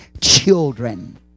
children